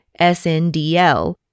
SNDL